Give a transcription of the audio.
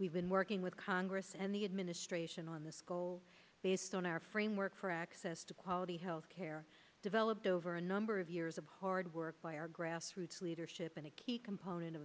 we've been working with congress and the administration on this goal based on our framework for access to quality health care developed over a number of years of hard work by our grassroots leadership and a key component of